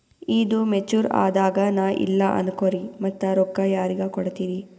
ಈದು ಮೆಚುರ್ ಅದಾಗ ನಾ ಇಲ್ಲ ಅನಕೊರಿ ಮತ್ತ ರೊಕ್ಕ ಯಾರಿಗ ಕೊಡತಿರಿ?